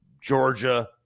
Georgia